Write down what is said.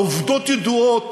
העובדות ידועות.